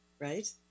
right